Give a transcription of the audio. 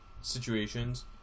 situations